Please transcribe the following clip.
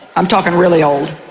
i'm talking really old,